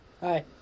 Hi